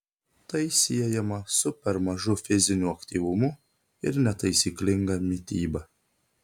tai siejama su per mažu fiziniu aktyvumu ir netaisyklinga mityba